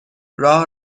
راه